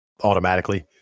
automatically